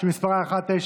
התשפ"א 2021,